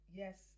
yes